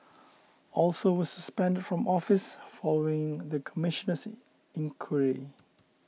also were suspended from office following the Commissioner's inquiry